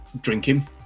drinking